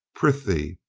prithee,